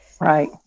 Right